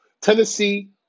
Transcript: Tennessee